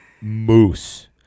Moose